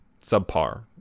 subpar